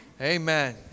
Amen